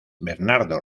bernardo